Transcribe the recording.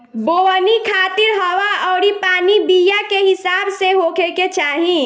बोवनी खातिर हवा अउरी पानी बीया के हिसाब से होखे के चाही